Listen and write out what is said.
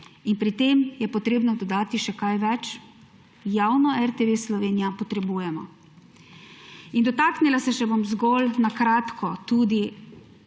In pri tem je treba dodati še kaj več? Javno RTV Slovenija potrebujemo. Dotaknila se bom še zgolj na kratko tudi